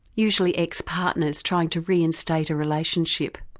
usually ex-partners trying to reinstate a relationship.